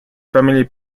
family